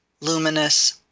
luminous